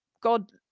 God